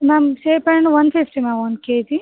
ma'am ಸೇಬೆ ಹಣ್ಣು one fifty ma'am one K G